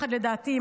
לדעתי,